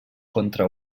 contra